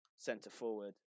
centre-forward